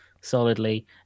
solidly